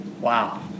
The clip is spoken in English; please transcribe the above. Wow